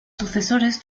sucesores